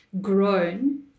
grown